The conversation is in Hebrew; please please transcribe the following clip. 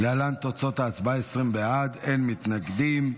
להלן תוצאות ההצבעה: 20 בעד, אין מתנגדים.